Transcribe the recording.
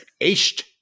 Echt